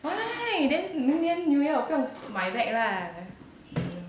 why then 明年 new year 我不用买 bag lah